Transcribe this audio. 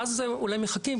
שאז אולי מחכים,